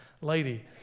Lady